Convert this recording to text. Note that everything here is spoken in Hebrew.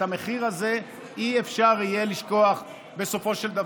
את המחיר הזה לא יהיה אפשר לשכוח בסופו של דבר.